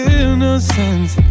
innocence